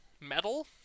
metal